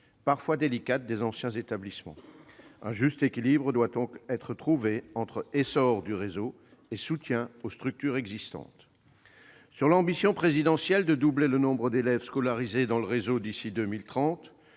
parfois délicate, des anciens établissements. Un juste équilibre doit donc être trouvé entre essor du réseau et soutien aux structures existantes. Sur l'ambition présidentielle de doubler le nombre d'élèves scolarisés dans le réseau d'ici à 2030,